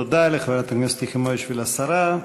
תודה לחברת הכנסת יחימוביץ ולשרה.